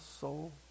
soul